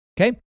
Okay